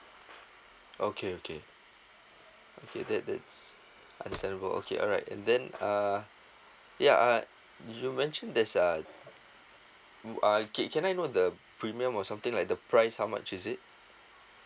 okay okay okay that that's understandable okay alright and then uh ya uh you mentioned there's uh uh can can I know the premium or something like the price how much is it